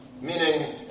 Meaning